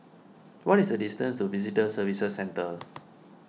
what is the distance to Visitor Services Centre